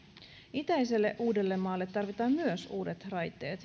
itäiselle uudellemaalle tarvitaan myös uudet raiteet